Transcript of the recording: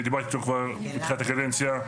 אני דיברתי איתו כבר בתחילת הקדנציה,